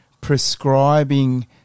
prescribing